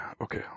okay